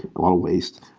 a lot of waste.